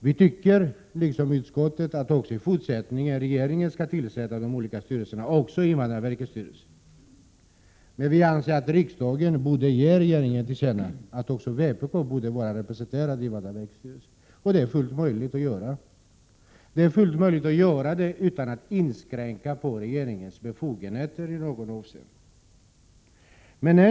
Vi anser liksom utskottet att regeringen också i fortsättningen skall tillsätta de olika styrelserna inkl. invandrarverkets styrelse. Men vi anser att riksdagen borde ge regeringen till känna att också vpk bör vara representerat iinvandrarverkets styrelse. Det är fullt möjligt att göra ett sådant tillkännagivande utan att inskränka på regeringens befogenheter i något avseende.